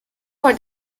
for